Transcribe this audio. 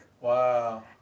Wow